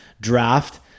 draft